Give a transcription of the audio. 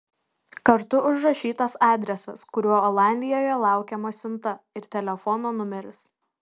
kartu užrašytas adresas kuriuo olandijoje laukiama siunta ir telefono numeris